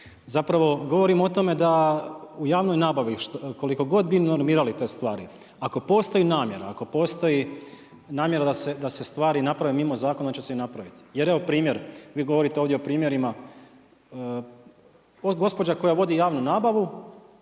Zapravo govorim o tome da u javnoj nabavi koliko god bi vi normirali te stvari, ako postoji namjera, ako postoji namjera da se stvari naprave mimo zakona onda će se i napraviti. Jer evo primjer vi govorite ovdje o primjerima. Gospođa koja vodi javnu nabavu